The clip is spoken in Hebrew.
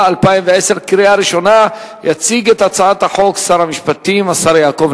החוקה, חוק ומשפט, לחבר הכנסת דוד רותם.